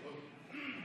דיבר עניינית.